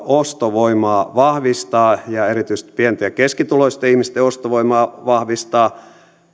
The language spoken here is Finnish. ostovoimaa vahvistaa ja erityisesti pieni ja keskituloisten ihmisten ostovoimaa vahvistaa